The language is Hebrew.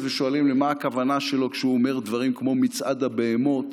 ושואלים מה הכוונה שלו כשהוא אומר דברים כמו "מצעד הבהמות"